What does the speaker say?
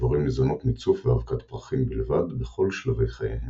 הדבורים ניזונות מצוף ואבקת פרחים בלבד בכל שלבי חייהן.